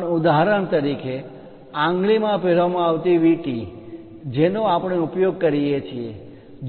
પણ ઉદાહરણ તરીકે આંગળી માં પહેરવા મા આવતી વીંટી છે જેનો આપણે ઉપયોગ કરીએ